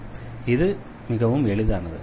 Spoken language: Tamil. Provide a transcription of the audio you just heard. இது எளிதானது